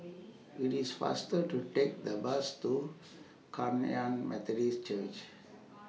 IT IS faster to Take The Bus to Kum Yan Methodist Church